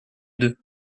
deux